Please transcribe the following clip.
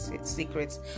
secrets